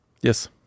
Yes